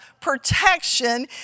protection